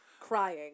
crying